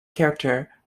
character